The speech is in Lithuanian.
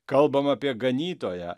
kalbam apie ganytoją